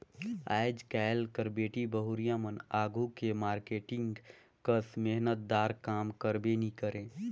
आएज काएल कर बेटी बहुरिया मन आघु के मारकेटिंग कस मेहनत दार काम करबे नी करे